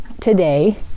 today